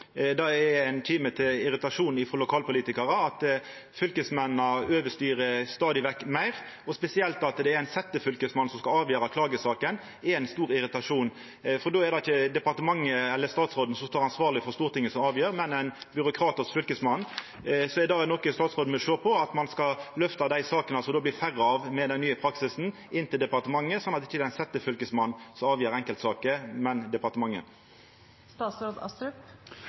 det er ein kime til irritasjon hos lokalpolitikarar at fylkesmennene stadig vekk overstyrer meir. Spesielt er det at ein setjefylkesmann skal avgjera klagesaker, til stor irritasjon, for då er det ikkje departementet eller statsråden som står ansvarleg for Stortingets avgjerd, men ein byråkrat hos Fylkesmannen. Er det noko statsråden vil sjå på – at ein skal lyfta dei sakene som det med den nye praksisen blir færre av, inn til departementet, sånn at det ikkje er ein setjefylkesmann som avgjer enkeltsaker, men